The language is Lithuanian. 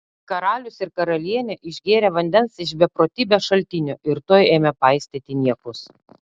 karalius ir karalienė išgėrė vandens iš beprotybės šaltinio ir tuoj ėmė paistyti niekus